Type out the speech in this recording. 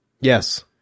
Yes